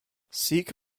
sikh